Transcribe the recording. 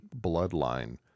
bloodline